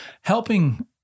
helping